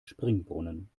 springbrunnen